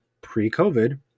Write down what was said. pre-COVID